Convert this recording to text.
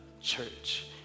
church